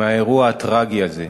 מהאירוע הטרגי הזה.